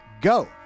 go